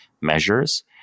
measures